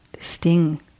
sting